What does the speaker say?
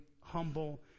humble